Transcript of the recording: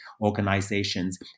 organizations